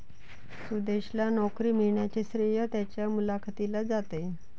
सुदेशला नोकरी मिळण्याचे श्रेय त्याच्या मुलाखतीला जाते